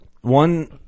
one